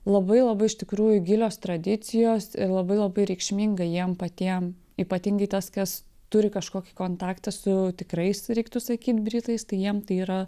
labai labai iš tikrųjų gilios tradicijos ir labai labai reikšminga jiem patiem ypatingai tas kas turi kažkokį kontaktą su tikrais reiktų sakyt britais tai jiem tai yra